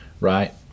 right